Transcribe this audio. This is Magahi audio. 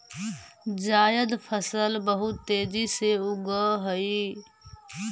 जायद फसल बहुत तेजी से उगअ हई